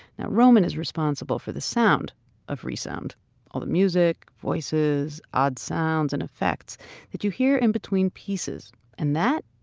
now, roman is responsible for the sound of re sound all the music, voices, odd sounds and effects that you hear in between pieces and that,